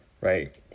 right